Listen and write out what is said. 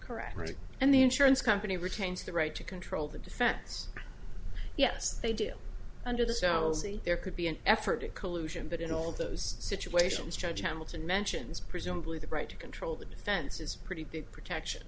correct right and the insurance company retains the right to control the defense yes they do under the cells there could be an effort to collusion but in all those situations judge hamilton mentions presumably the right to control the defense is pretty big protection